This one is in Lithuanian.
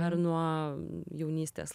ar nuo jaunystės